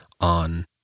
on